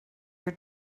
your